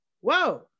whoa